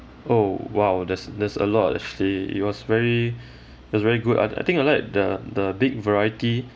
oh !wow! there's there's a lot actually it was very it was very good I I think I like the the big variety